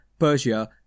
Persia